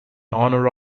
honour